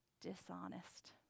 dishonest